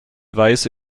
weise